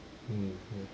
mm